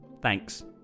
Thanks